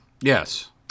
Yes